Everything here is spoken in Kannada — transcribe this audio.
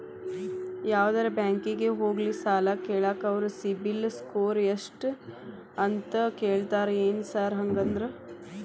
ಯಾವದರಾ ಬ್ಯಾಂಕಿಗೆ ಹೋಗ್ಲಿ ಸಾಲ ಕೇಳಾಕ ಅವ್ರ್ ಸಿಬಿಲ್ ಸ್ಕೋರ್ ಎಷ್ಟ ಅಂತಾ ಕೇಳ್ತಾರ ಏನ್ ಸಾರ್ ಹಂಗಂದ್ರ?